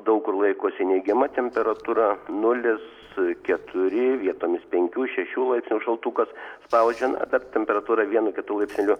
daug kur laikosi neigiama temperatūra nulis keturi vietomis penkių šešių laipsnių šaltukas spaudžia na bet temperatūra vienu kitu laipsneliu